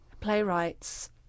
playwrights